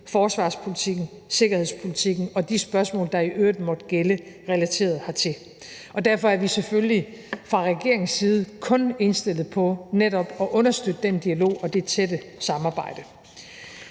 forsvarspolitikken, sikkerhedspolitikken og de spørgsmål, der i øvrigt måtte gælde relateret hertil. Derfor er vi selvfølgelig fra regeringens side kun indstillet på netop at understøtte den dialog og det tætte samarbejde.